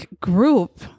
group